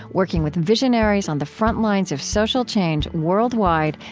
working with visionaries on the frontlines of social change worldwide,